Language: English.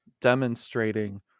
demonstrating